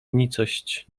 nicość